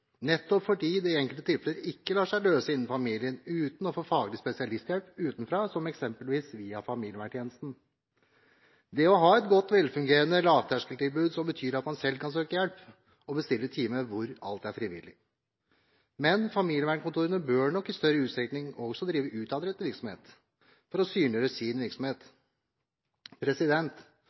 nettopp fordi det i enkelte tilfeller ikke lar seg løse innenfor familien uten å få faglig spesialisthjelp utenfra, eksempelvis fra familieverntjenesten. Det er viktig å ha et godt, velfungerende lavterskeltilbud, som betyr at man selv kan søke hjelp og bestille time hvor alt er frivillig. Men familievernkontorene bør nok i større utstrekning også drive utadrettet virksomhet for å synliggjøre sin virksomhet.